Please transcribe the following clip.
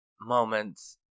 moments